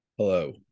Hello